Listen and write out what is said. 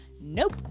Nope